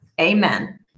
Amen